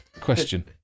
question